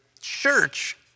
church